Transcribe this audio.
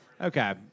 Okay